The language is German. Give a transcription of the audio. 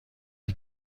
die